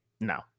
No